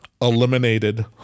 eliminated